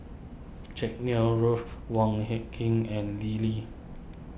Jack Neo Ruth Wong Hie King and Lim Lee